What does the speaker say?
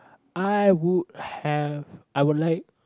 I would have I would like